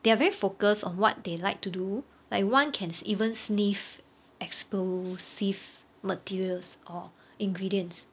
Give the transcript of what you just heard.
they are very focused on what they like to do like one can sni~ even sniff explosive materials or ingredients